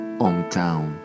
hometown